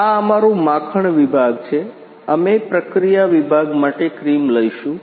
આ અમારું માખણ વિભાગ છે અમે પ્રક્રિયા વિભાગ માટે ક્રીમ લઈશું